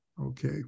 Okay